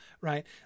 right